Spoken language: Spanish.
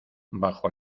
bajo